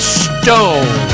stone